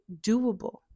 doable